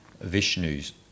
Vishnu's